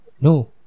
No